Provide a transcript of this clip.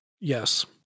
Yes